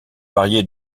varier